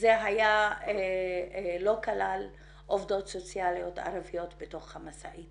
זה לא כלל עובדות סוציאליות ערביות במשאית